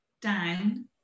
down